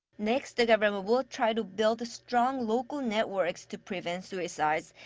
next, the government will try to build strong local networks to prevent suicides.